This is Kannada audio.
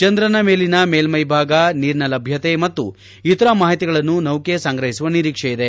ಚಂದ್ರನ ಮೇಲಿನ ಮೇಲ್ವೈ ಭಾಗ ನೀರಿನ ಲಭ್ಯತೆ ಮತ್ತು ಇತರ ಮಾಹಿತಿಗಳನ್ನು ನೌಕೆ ಸಂಗ್ರಹಿಸುವ ನಿರೀಕ್ಷೆಯಿದೆ